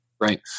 Right